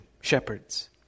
shepherds